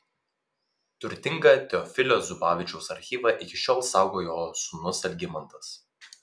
turtingą teofilio zubavičiaus archyvą iki šiol saugo jo sūnus algimantas